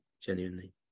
genuinely